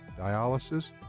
dialysis